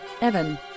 Evan